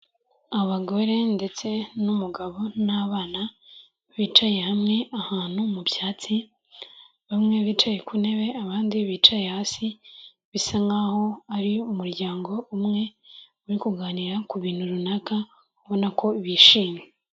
Abagore ndetse n'umugabo n'abana bicaye hamwe ahantu mubyatsi, bamwe bicaye ku ntebe abandi bicaye hasi. Bisa nkaho ari umuryango umwe uri kuganira kubintu runaka ubona ko bishimye.